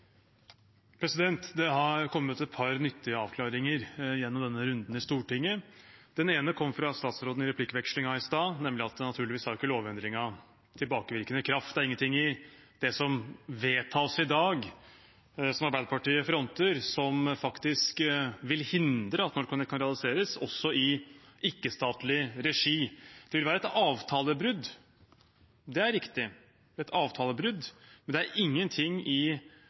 Det har kommet et par nyttige avklaringer gjennom denne runden i Stortinget. Den ene kom fra statsråden i replikkvekslingen i stad, nemlig at naturligvis har ikke lovendringen tilbakevirkende kraft. Det er ingenting av det som vedtas i dag, som Arbeiderpartiet fronter, som faktisk vil hindre at NorthConnect kan realiseres, også i ikke-statlig regi. Det vil være et avtalebrudd – det er riktig – men det er ingenting i